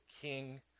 King